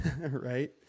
right